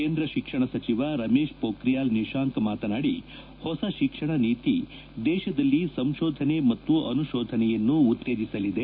ಕೇಂದ್ರ ಶಿಕ್ಷಣ ಸಚಿವ ರಮೇಶ್ ಪೋಖಿಯಾಲ್ ನಿಶಾಂಕ್ ಮಾತನಾಡಿ ಹೊಸ ಶಿಕ್ಷಣ ನೀತಿ ದೇಶದಲ್ಲಿ ಸಂಕೋಧನೆ ಮತ್ತು ಅನುಕೋಧನೆಯನ್ನು ಉತ್ತೇಜಿಸಲಿದೆ